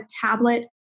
tablet